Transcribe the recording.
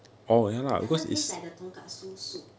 it doesn't taste like the tonkatsu soup